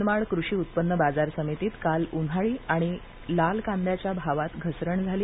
मनमाड कृषी उत्पन्न बाजार समितीत काल उन्हाळी आणि लाल कांद्याच्याही भावात घसरण झाली